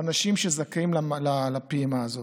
אנשים שזכאים לפעימה הזאת,